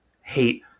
hate